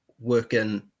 working